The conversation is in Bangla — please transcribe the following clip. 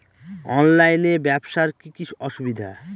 অনলাইনে ব্যবসার কি কি অসুবিধা?